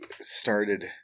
started